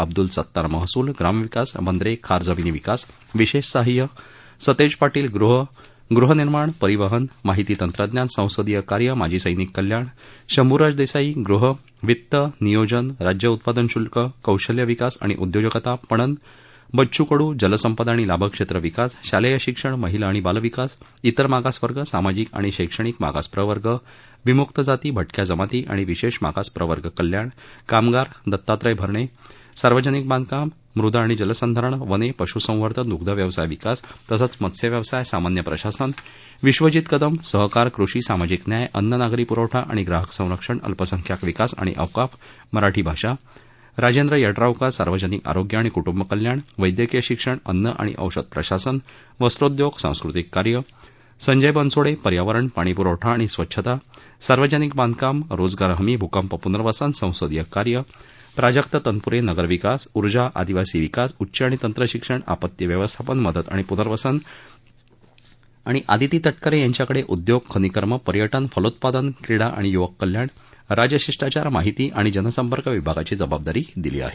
अब्दुल सत्तार महसूल ग्रामविकास बंदरे खार जमिनी विकास विशेष सहाय्य सतेज पारील गृहशहरे गृहनिर्माण परिवहन माहिती तंत्रज्ञान संसदीय कार्य माजी सर्विक कल्याण शंभुराज देसाई गृह ग्रामीण वित्त नियोजन राज्य उत्पादन शुल्क कौशल्य विकास आणि उद्योजकता पणन ओमप्रकाश उर्फ बच्चू कडू जलसंपदा आणि लाभक्षेत्र विकास शालेय शिक्षण महिला आणि बालविकास तिर मागासवर्ग सामाजिक आणि शक्तणिक मागास प्रवर्ग विमुक्त जाती भाक्या जमाती आणि विशेष मागास प्रवर्ग कल्याण कामगार दत्तात्र्य भरणे सार्वजनिक बांधकाम सार्वजनिक उपक्रम वगळून मृदा आणि जलसंधारण वने पशुसंवर्धन दुग्धव्यवसाय विकास तसंच मत्स्यव्यवसाय सामान्य प्रशासन विश्वजीत कदम सहकार कृषी सामाजिक न्याय अन्न नागरी पुरवठा आणि ग्राहक संरक्षण अल्पसंख्यांक विकास आणि औकाफ मराठी भाषा राजेंद्र यड्रावकर सार्वजनिक आरोग्य आणि कुटुंबे कल्याण वद्यक्कीय शिक्षण अन्न आणि औषध प्रशासन वस्त्रोद्योग सांस्कृतिक कार्य संजय बनसोडे पर्यावरण पाणी पुरवठा आणि स्वच्छता सार्वजनिक बांधकाम सार्वजनिक उपक्रम रोजगार हमी भूकंप पुनर्वसन संसदीय कार्य प्राजक्त तनपुरे नगर विकास उर्जा आदिवासी विकास उच्च आणि तंत्र शिक्षण आपत्ती व्यवस्थापन मदत आणि पुनर्वसन तर आदिती ताकरे यांच्याकडे उद्योग खनिकर्म पर्याज फलोत्पादन क्रिडा आणि युवक कल्याण राजशिष्टाचार माहिती आणि जनसंपर्क विभागाची जबाबदारी दिली आहे